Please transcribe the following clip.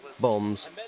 bombs